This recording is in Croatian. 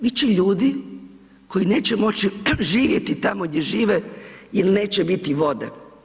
Bit će ljudi koji neće moći živjeti tamo gdje žive jer neće biti vode.